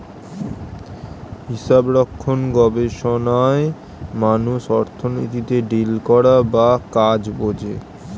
হিসাবরক্ষণ গবেষণায় মানুষ অর্থনীতিতে ডিল করা বা কাজ বোঝে